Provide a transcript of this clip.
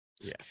yes